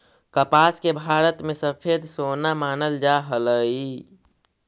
कपास के भारत में सफेद सोना मानल जा हलई